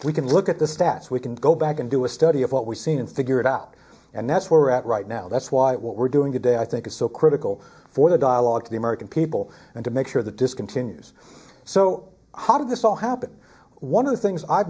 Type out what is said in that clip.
we can look at the stats we can go back and do a study of what we've seen and figure it out and that's where we're at right now that's why what we're doing today i think is so critical for the dialogue to the american people and to make sure that this continues so how did this all happen one of the things i've